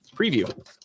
preview